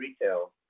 retail